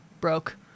broke